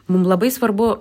mum labai svarbu